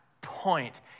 point